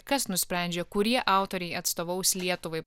kas nusprendžia kurie autoriai atstovaus lietuvai